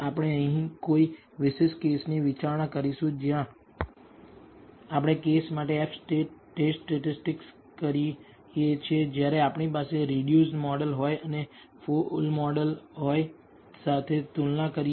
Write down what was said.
આપણે અહીં કોઈ વિશિષ્ટ કેસની વિચારણા કરીશું જ્યાં આપણે કેસ માટે F ટેસ્ટ સ્ટેટિસ્ટિક કરીએ છીએ જ્યારે આપણી પાસે રિડ્યુસડ મોડલ હોય અને ફુલ મોડલ સાથે તેની તુલના કરીએ